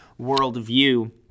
worldview